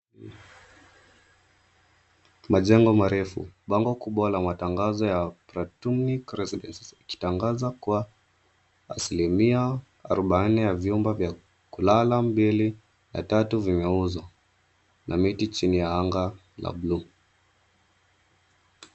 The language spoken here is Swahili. Majengo marefu. Bango kubwa la matangazo ya Platunic Residences ikitangaza kuwa asilimia arubaini ya vyumba vya kulala mbili na tatu vimeuzwa na miti chini ya anga la buluu.